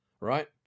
right